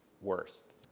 worst